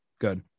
good